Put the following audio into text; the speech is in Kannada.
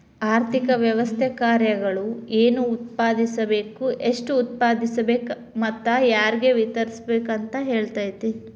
ಆರ್ಥಿಕ ವ್ಯವಸ್ಥೆ ಕಾರ್ಯಗಳು ಏನ್ ಉತ್ಪಾದಿಸ್ಬೇಕ್ ಎಷ್ಟು ಉತ್ಪಾದಿಸ್ಬೇಕು ಮತ್ತ ಯಾರ್ಗೆ ವಿತರಿಸ್ಬೇಕ್ ಅಂತ್ ಹೇಳ್ತತಿ